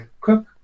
cook